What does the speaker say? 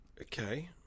Okay